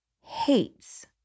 hates